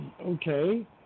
Okay